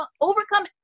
overcome